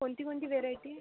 कोणती कोणती व्हेरायटी